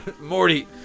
Morty